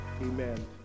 Amen